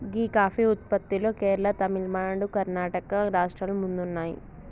గీ coffee ఉత్పత్తిలో కేరళ, తమిళనాడు, కర్ణాటక రాష్ట్రాలు ముందున్నాయి